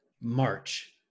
March